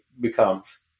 becomes